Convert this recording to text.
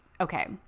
Okay